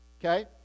okay